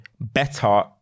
better